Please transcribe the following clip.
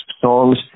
songs